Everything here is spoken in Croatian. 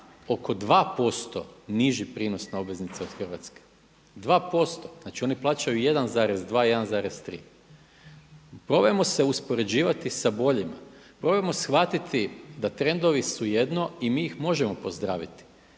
oko 2% niži prinos na obveznice od Hrvatske, 2%. Znači oni plaćaju 1,2, 1,3. Probajmo se uspoređivati sa boljima, probajmo shvatiti da trendovi su jedno i mi ih možemo pozdraviti.